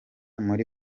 muri